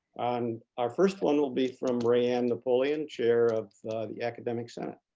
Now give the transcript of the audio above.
um our first one will be from raeanne napoleon, chair of the academic senate.